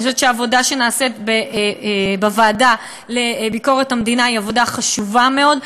העבודה שנעשית בוועדה לביקורת המדינה היא עבודה חשובה מאוד.